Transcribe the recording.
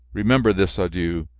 remember this adieu.